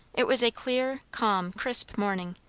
it was a clear, calm, crisp morning,